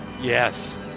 Yes